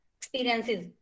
experiences